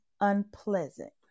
unpleasant